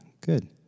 good